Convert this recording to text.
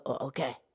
Okay